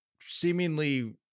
seemingly